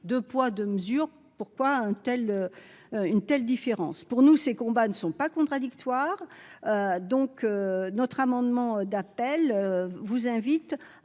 2 poids, 2 mesures, pourquoi un tel une telle différence pour nous ces combats ne sont pas contradictoires, donc notre amendement d'appel vous invite à